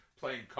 playing